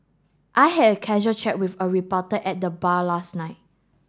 I had a casual chat with a reporter at the bar last night